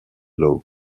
law